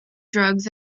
drugs